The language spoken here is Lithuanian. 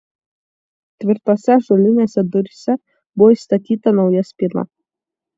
tvirtose ąžuolinėse duryse buvo įstatyta nauja spyna